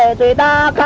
ah da da